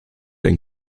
den